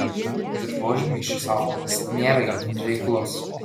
dirvožemiui šis augalas nėra itin reiklus